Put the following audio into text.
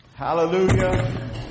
Hallelujah